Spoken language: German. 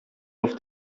auf